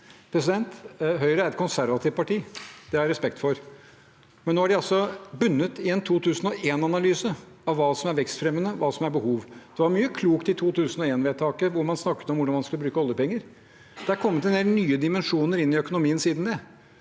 sånn? Høyre er et konservativt parti. Det har jeg respekt for, men nå er de altså bundet i en 2001analyse av hva som er vekstfremmende, hva som er behov. Det var mye klokt i 2001-vedtaket, hvor man snakket om hvordan man skulle bruke oljepenger. Det er kommet en del nye dimensjoner inn i økonomien siden det,